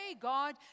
God